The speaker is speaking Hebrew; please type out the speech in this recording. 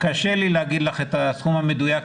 קשה לי לומר לך כרגע את הסכום המדויק.